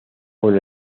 con